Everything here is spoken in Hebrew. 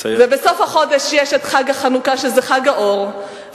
כי אם את נחלת אבותינו אשר נלקחה על-ידי שונאינו בלא משפט.